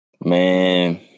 Man